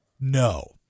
no